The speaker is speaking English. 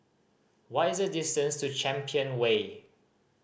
what is the distance to Champion Way